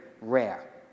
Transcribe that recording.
rare